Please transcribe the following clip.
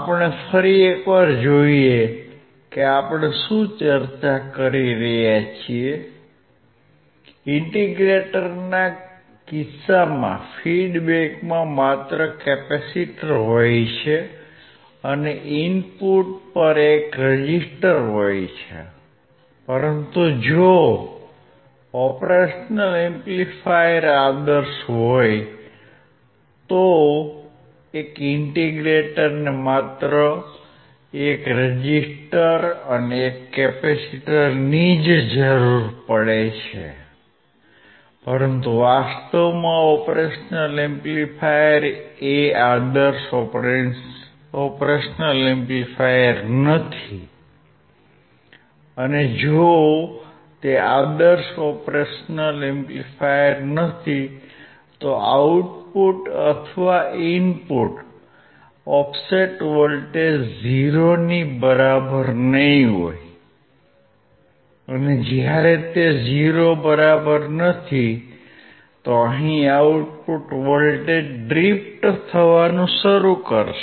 આપણે ફરી એકવાર જોઈએ કે આપણે શું ચર્ચા કરી રહ્યા છીએ ઇન્ટિગ્રેટરના કિસ્સામાં ફીડ્બેકમાં માત્ર કેપેસિટર હોય છે અને ઇનપુટ પર એક રેઝિસ્ટર હોય છે પરંતુ જો ઓપરેશનલ એમ્પલિફાયર આદર્શ હોય તો એક ઇન્ટિગ્રેટરને માત્ર 1 R અને 1 Cની જરૂર પડે છે પરંતુ વાસ્તવમાં ઓપ એમ્પ એ આદર્શ Op Amp નથી અને જો તે આદર્શ Op Amp નથી તો આઉટપુટ અથવા ઇનપુટ ઓફસેટ વોલ્ટેજ 0 ની બરાબર નહીં હોય જ્યારે તે 0 બરાબર નથી તો અહિ આઉટપુટ વોલ્ટેજ ડ્રિફ્ટ થવાનું શરૂ કરશે